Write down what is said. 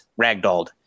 ragdolled